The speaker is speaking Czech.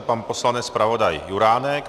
Pan poslanec zpravodaj Juránek.